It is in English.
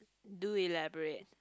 do elaborate